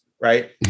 right